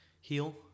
heal